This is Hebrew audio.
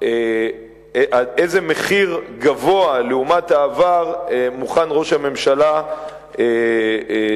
איזה מחיר גבוה לעומת העבר מוכן ראש הממשלה לשלם,